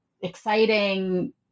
exciting